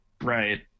Right